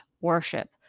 worship